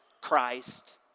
Christ